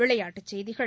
விளையாட்டுச் செய்திகள்